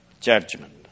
judgment